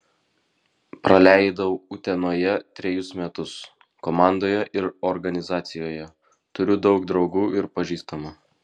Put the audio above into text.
praleidau utenoje trejus metus komandoje ir organizacijoje turiu daug draugų ir pažįstamų